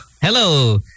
Hello